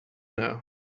know